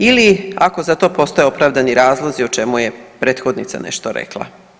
Ili ako za to postoje opravdani razlozi o čemu je prethodnica nešto rekla.